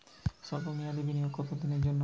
সল্প মেয়াদি বিনিয়োগ কত দিনের জন্য?